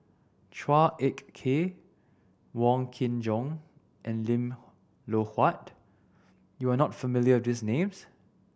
Chua Ek Kay Wong Kin Jong and Lim Loh Huat you are not familiar with these names